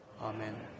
Amen